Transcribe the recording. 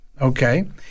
okay